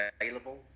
available